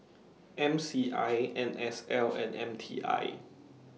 M C I N S L and M T I